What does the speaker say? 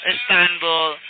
Istanbul